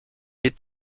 est